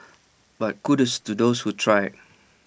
but kudos to those who tried